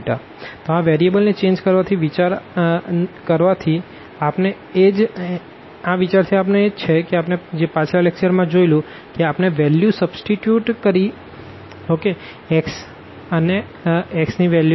તો આ વેરિયેબલ ને ચેન્જ કરવાથી વિચાર આપણે એ જ છે જે આપણે પાછલા લેક્ચરમાં જોયું હતું કે આપણે value substitute xrsin cos કરવી પડશે